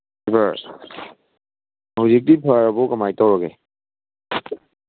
ꯈꯔ ꯍꯧꯖꯤꯛꯇꯤ ꯐꯔꯕꯣ ꯀꯃꯥꯏꯅ ꯇꯧꯔꯒꯦ